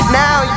now